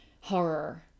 horror